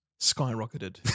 skyrocketed